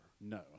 No